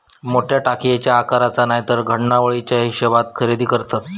मोठ्या टाकयेच्या आकाराचा नायतर घडणावळीच्या हिशेबात खरेदी करतत